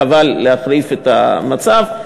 חבל להחריף את המצב.